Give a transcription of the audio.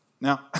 Now